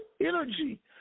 energy